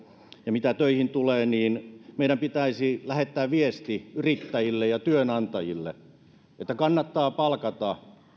ja mitä töihin tulee niin meidän pitäisi lähettää viesti yrittäjille ja työnantajille että kannattaa palkata